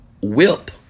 whip